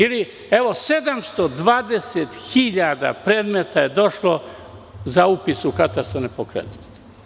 Ili, evo, 720 hiljada predmeta je došlo za upis u katastar nepokretnosti.